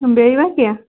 بیٚیہِ ما کینٛہہ